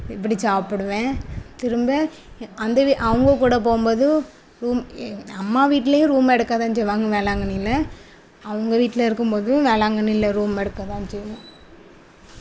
இப்படி சாப்பிடுவேன் திரும்ப அந்த வீ அவங்க கூட போகும் போதும் ரூம் ஏ அம்மா வீட்லேயும் ரூம் எடுக்க தான் செய்வாங்க வேளாங்கண்ணியில அவங்க வீட்டில இருக்கும் போதும் வேளாங்கண்ணியில ரூம் எடுக்க தான் செய்வோம்